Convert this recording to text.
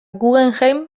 guggenheim